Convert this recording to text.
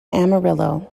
amarillo